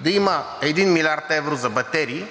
да има 1 млрд. евро за батерии